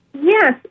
Yes